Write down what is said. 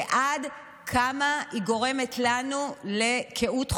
ועד כמה היא גורמת לנו לקהות חושים.